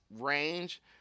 range